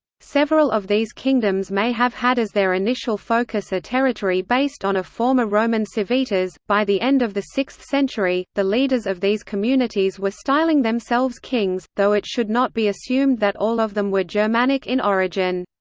several of these kingdoms may have had as their initial focus a territory based on a former roman civitas by the end of the sixth century, the leaders of these communities were styling themselves kings, though it should not be assumed that all of them were germanic in origin.